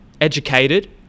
educated